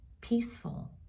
peaceful